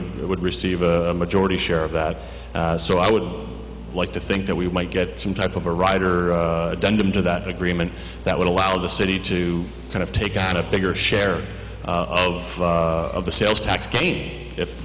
would it would receive a majority share of that so i would like to think that we might get some type of a rider done them to that agreement that would allow the city to kind of take up bigger share of the sales tax